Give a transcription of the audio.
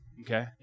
Okay